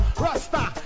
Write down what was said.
Rasta